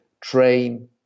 train